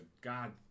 God